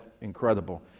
incredible